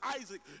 Isaac